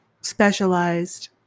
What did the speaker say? specialized